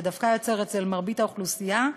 ודווקא יוצר אצל מרבית האוכלוסייה,